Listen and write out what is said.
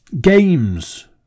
games